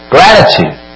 Gratitude